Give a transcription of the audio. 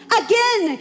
again